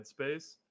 headspace